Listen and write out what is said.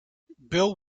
bill